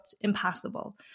impossible